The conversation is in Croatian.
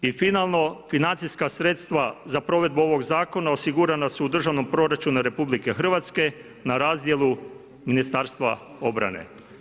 I finalno, financijska sredstva za provedbu ovog zakona osigurana su u državnom proračunu RH na razdjelu Ministarstva obrane.